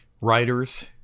writers